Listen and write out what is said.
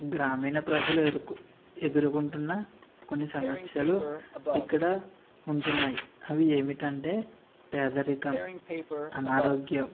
గ్రామీణ ప్రజలు ఎదుర్కొ ఎదుర్కొంటున్న కొన్ని సమస్యలు ఇక్కడ ఉన్నాయి అవి ఏమిటంటే పేదరికం అనారోగ్యం